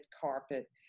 carpet